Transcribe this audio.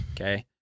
okay